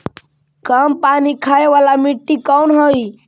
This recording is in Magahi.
कम पानी खाय वाला मिट्टी कौन हइ?